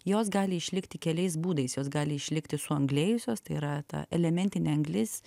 jos gali išlikti keliais būdais jos gali išlikti suanglėjusios tai yra ta elementinė anglis